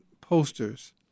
posters